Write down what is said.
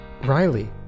Riley